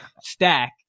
stack